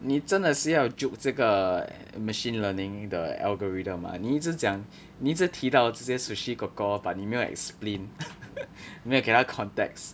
你真的是要 juke 这个 machine learning 的 algorithm ah 你一直讲你一直提到这些 sushi kor kor but 你没有 explain 没有给他 context